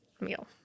meal